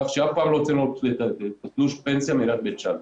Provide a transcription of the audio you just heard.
כך שאף פעם לא הוצאנו לו תלוש פנסיה מעיריית בית שאן.